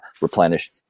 replenish